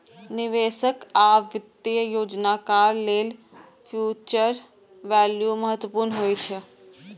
निवेशक आ वित्तीय योजनाकार लेल फ्यूचर वैल्यू महत्वपूर्ण होइ छै